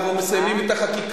אפשר?